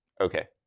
Okay